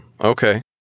Okay